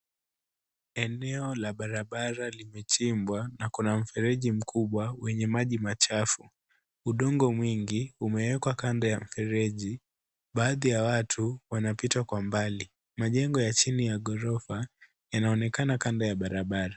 Eneo la barabara limechimbwa na kuna mfereji mkubwa wenye maji machafu, udongo mwingi umeekwa Kando ya mfereji baadhi ya watu wanapita Kwa mbali. Majengo ya chini ya ghorofa yanaonekana kando ya barabara.